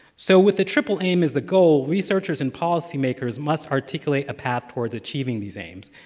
so with the triple aim as the goal, researchers and policy makers must articulate a path towards achieving these aims.